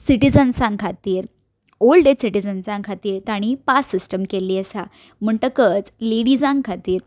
सिटिंझन्सां खातीर old age सिटिजन्सां खातीर तांणी पास सिस्टम केल्ली आसा म्हणटकच लेडिजां खातीर